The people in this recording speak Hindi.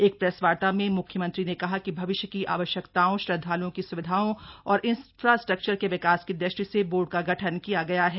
एक प्रेसवार्ता में मुख्यमंत्री ने कहा कि भविष्य की आवश्यकताओं श्रद्वालुओं की सुविधाओं और इंफ्रास्ट्रक्चर के विकास की दृष्टि से बोर्ड का गठन किया गया है